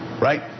right